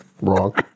wrong